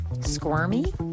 Squirmy